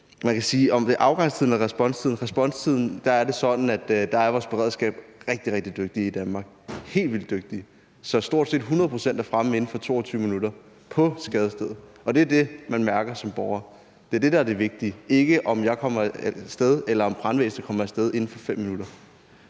sige, at ved responstiden er det sådan, at vores beredskab er rigtig, rigtig dygtige i Danmark, helt vildt dygtige, så stort set 100 pct. er fremme på skadestedet inden for 22 minutter. Det er det, man mærker som borger; det er det, der er det vigtige. Det er ikke, om jeg kommer af sted, eller om brandvæsenet kommer af sted inden for 5 minutter.